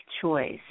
choice